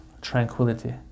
tranquility